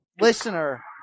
listener